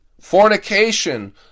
fornication